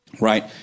right